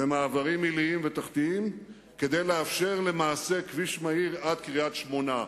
ומעברים עיליים ותחתיים כדי לאפשר כביש מהיר עד קריית-שמונה.